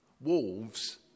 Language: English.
Wolves